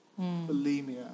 bulimia